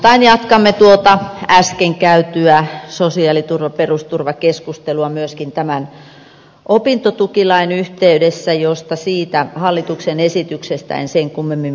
osittain jatkamme tuota äsken käytyä sosiaaliturva perusturvakeskustelua myöskin tämän opintotukilain yhteydessä josta hallituksen esityksestä en sen kummemmin mainitse